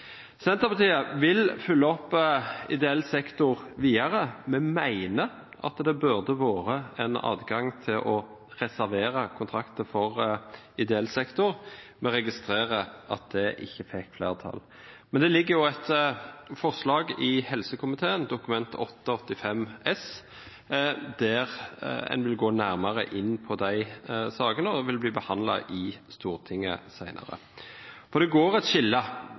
Senterpartiet vil følge opp ideell sektor videre. Vi mener at det burde vært en adgang til å reservere kontrakter for ideell sektor. Vi registrerer at det ikke fikk flertall. Men det ligger et representantforslag i helsekomiteen, Dokument 8:85 S, der en vil gå nærmere inn på de sakene, og det vil bli behandlet i Stortinget senere. Det går et skille